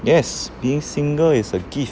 yes being single is a gift